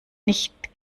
nicht